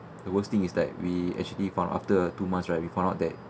the worst thing is like we actually found after two months right we found out that